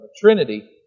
Trinity